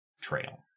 trail